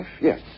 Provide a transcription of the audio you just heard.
yes